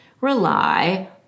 rely